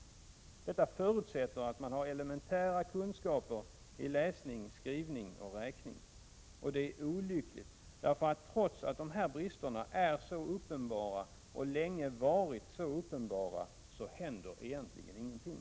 Förutsättningen för detta är att man har elementära kunskaper i läsning, skrivning och räkning. Det är också olyckligt, eftersom det, trots att dessa brister är så uppenbara och länge varit det, egentligen inte händer någonting.